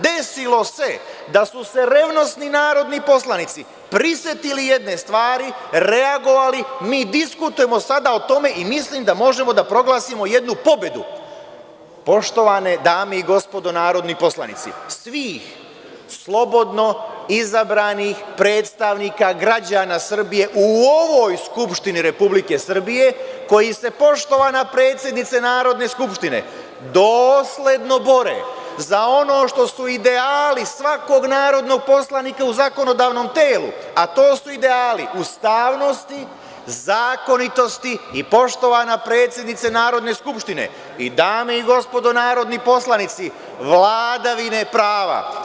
Desilo se da su se revnosni narodni poslanici prisetili jedne stvari, reagovali i mi diskutujemo sada o tome i mislim da možemo da proglasimo jednu pobedu, poštovane dame i gospodo narodni poslanici, svih slobodno izabranih predstavnika građana Srbije u ovoj Skupštini Republike Srbije, koji se, poštovana predsednice Narodne skupštine, dosledno bore za ono što su ideali svakog narodnog poslanika u zakonodavnom telu, a to su ideali ustavnosti, zakonitosti i, poštovana predsednice Narodne skupštine i dame i gospodo narodni poslanici, vladavine prava.